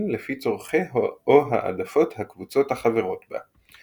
לפי צורכי או העדפות הקבוצות החברות בה.